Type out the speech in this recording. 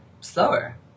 slower